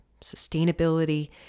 sustainability